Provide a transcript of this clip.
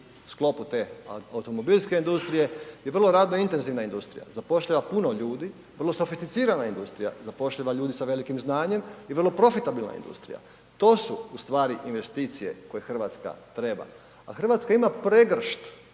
sklopu te automobilske industrije je vrlo radno intenzivna industrija, zapošljava puno ljudi, vrlo sofisticirana industrija, zapošljava ljude sa velikim znanjem i vrlo profitabilna industrija, to su ustvari investicije koje Hrvatska treba. A Hrvatska ima pregršt